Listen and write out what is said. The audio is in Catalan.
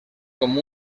com